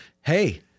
hey—